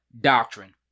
doctrine